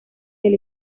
del